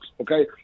Okay